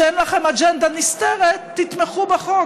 שאין לכם אג'נדה נסתרת, תתמכו בחוק.